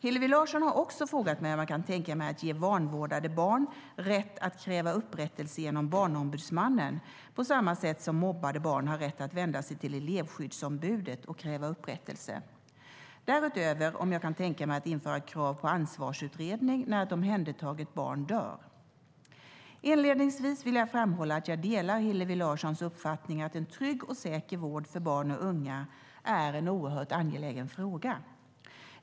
Hillevi Larsson har också frågat mig om jag kan tänka mig att ge vanvårdade barn rätt att kräva upprättelse genom Barnombudsmannen, på samma sätt som mobbade barn har rätt att vända sig till elevskyddsombudet och kräva upprättelse och därutöver frågat mig om jag kan tänka mig att införa krav på ansvarsutredning när ett omhändertaget barn dör. Inledningsvis vill jag framhålla att jag delar Hillevi Larssons uppfattning att en trygg och säker vård för barn och unga är en oerhört angelägen fråga.